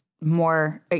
more